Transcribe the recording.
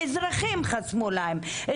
אזרחים חסמו להם,